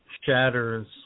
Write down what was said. shatters